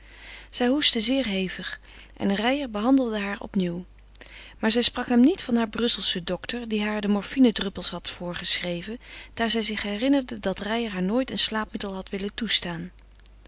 zij hoestte zeer hevig en reijer behandelde haar opnieuw maar zij sprak hem niet van haar brusselschen dokter die haar de morfinedroppels had voorgeschreven daar zij zich herinnerde dat reijer haar nooit een slaapmiddel had willen toestaan